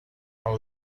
and